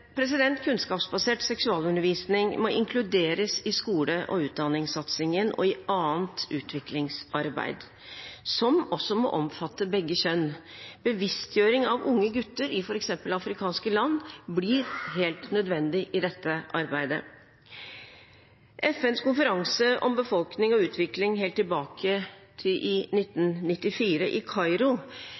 Kunnskapsbasert seksualundervisning må inkluderes i skole- og utdanningssatsingen og i annet utviklingsarbeid, som også må omfatte begge kjønn. Bevisstgjøring av unge gutter i f.eks. afrikanske land blir helt nødvendig i dette arbeidet. FNs konferanse om befolkning og utvikling, helt tilbake til 1994, i Kairo,